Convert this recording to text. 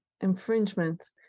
infringement